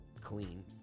clean